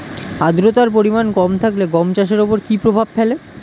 আদ্রতার পরিমাণ কম থাকলে গম চাষের ওপর কী প্রভাব ফেলে?